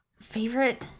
Favorite